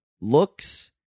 looks